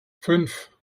fünf